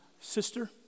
sister